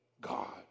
God